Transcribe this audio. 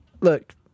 look